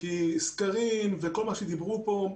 כי סקרים וכל מה שדיברו פה,